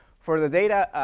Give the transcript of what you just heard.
for the data.